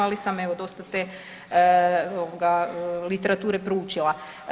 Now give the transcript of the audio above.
Ali sam evo dosta te literature proučila.